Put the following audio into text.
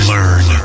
Learn